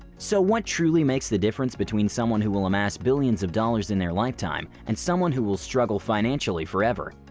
so what truly makes the difference between someone who will amass billions of dollars in their lifetime and someone who will struggle financially forever?